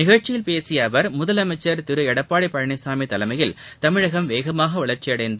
நிகழ்ச்சியில் பேசிய அவர் முதலமைச்சர் திரு எடப்பாடி பழனிசாமி தலைமையில் தமிழகம் வேகமாக வளர்ச்சியடைந்து